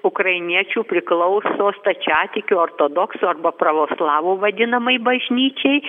ukrainiečių priklauso stačiatikių ortodoksų arba pravoslavų vadinamai bažnyčiai